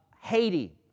Haiti